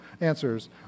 answers